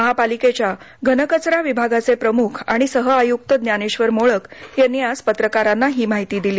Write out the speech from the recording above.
महापालिकेच्या घनकचरा विभागाचे प्रमुख आणि सह आयुक्त ज्ञानेश्वर मोळक यांनी आज पत्रकारांना ही माहिती दिली